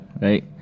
Right